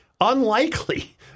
unlikely